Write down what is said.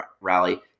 rally